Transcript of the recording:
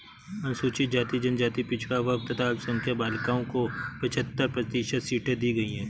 अनुसूचित जाति, जनजाति, पिछड़ा वर्ग तथा अल्पसंख्यक बालिकाओं को पचहत्तर प्रतिशत सीटें दी गईं है